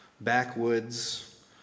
backwoods